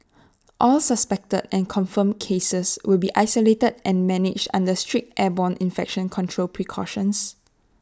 all suspected and confirmed cases will be isolated and managed under strict airborne infection control precautions